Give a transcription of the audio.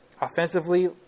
Offensively